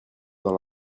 dans